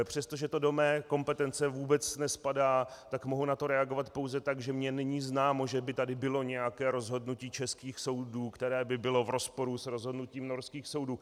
Přestože to do mé kompetence vůbec nespadá, tak mohu na to reagovat pouze tak, že mně není známo, že by tady bylo nějaké rozhodnutí českých soudů, které by bylo v rozporu s rozhodnutím norských soudů.